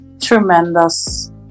tremendous